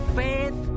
faith